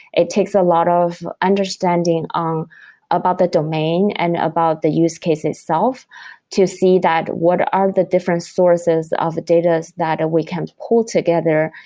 it takes a lot of understanding um about the domain and about the use case itself to see that what are the different sources of data that we can pull together,